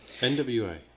NWA